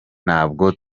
ntabwo